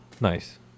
Nice